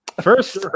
First